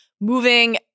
moving